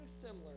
similar